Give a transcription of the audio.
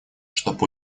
чтоб